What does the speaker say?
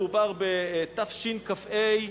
מדובר בתשכ"ה,